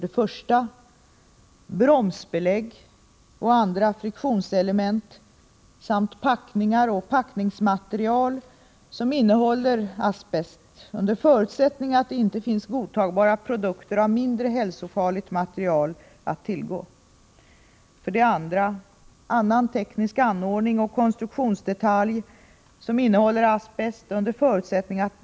1. bromsbelägg och andra friktionselement samt packningar och packningsmaterial som innehåller asbest under förutsättning att det inte finns godtagbara produkter av mindre hälsofarligt material att tillgå.